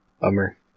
Bummer